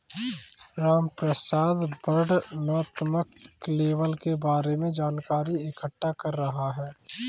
रामप्रसाद वर्णनात्मक लेबल के बारे में जानकारी इकट्ठा कर रहा है